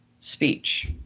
speech